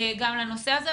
גם לנושא הזה.